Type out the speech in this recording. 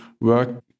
work